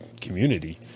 community